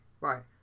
Right